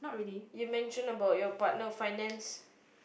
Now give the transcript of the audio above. you mention about your partner finance